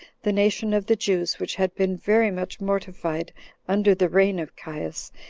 the nation of the jews, which had been very much mortified under the reign of caius,